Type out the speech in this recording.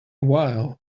while